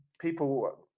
people